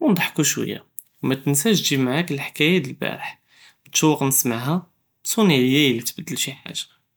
ו נדהקו שווייה, מתנסאש תגיב מעאך אלחכייא דיאל אלבארח, מתשוק ניסמעה, סוני עליא אידא תבדל שי חאגה.